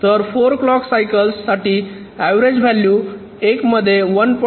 तर 4 clock cycles साठी average value एक मध्ये 1